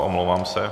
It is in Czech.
Omlouvám se.